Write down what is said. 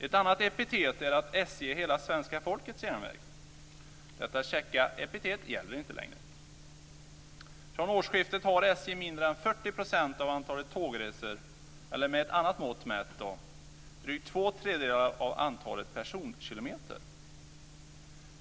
Ett annat epitet är att SJ är hela svenska folkets järnväg. Detta käcka epitet gäller inte längre. Från årsskiftet har SJ mindre än 40 % av antalet tågresor, eller med ett annat mått mätt drygt två tredjedelar av antalet personkilometer.